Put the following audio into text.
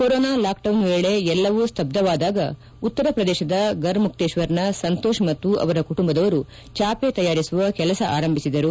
corona lockdown ವೇಳೆ ಎಲ್ಲವೂ ಸಬ್ಲವಾದಾಗ ಉತ್ತರ ಪ್ರದೇಶದ ಗರ್ಮುಕ್ತೇಶ್ವರ್ನ ಸಂತೋಷ್ ಮತ್ತು ಅವರ ಕುಟುಂಬದವರು ಚಾಪೆ ತಯಾರಿಸುವ ಕೆಲಸ ಆರಂಭಿಸಿದರು